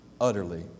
utterly